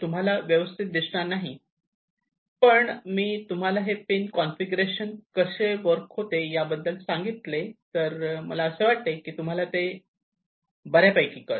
तुम्हाला ते येथे व्यवस्थित दिसणार नाही पण जर मी तुम्हाला हे पिन कॉन्फिगरेशन कसे वर्क होते याबद्दल सांगितले तर मला असे वाटते तुम्हाला ते बर्यापैकी कळेल